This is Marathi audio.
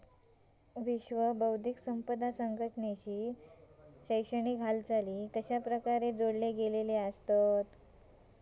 विश्व बौद्धिक संपदा संघटनेशी शैक्षणिक हालचाली कशाप्रकारे जोडले गेलेले आसत?